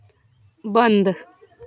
बंद